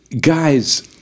guys